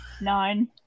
nine